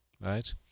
right